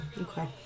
Okay